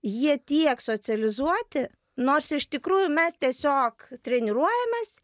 jie tiek socializuoti nors iš tikrųjų mes tiesiog treniruojamės